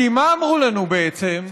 כי מה אמרו לנו, בעצם?